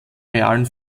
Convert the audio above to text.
realen